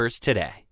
today